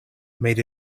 made